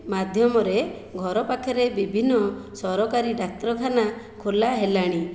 ମାଧ୍ୟମରେ ଘର ପାଖରେ ବିଭିନ୍ନ ସରକାରୀ ଡାକ୍ତରଖାନା ଖୋଲା ହେଲାଣି